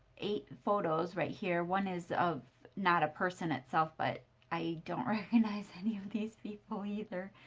eight photos right here, one is of not a person itself, but i don't recognizes any of these people either.